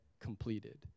completed